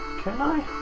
can i?